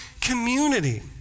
community